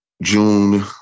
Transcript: June